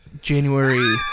January